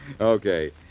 Okay